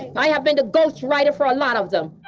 i have been the ghostwriter for a lot of them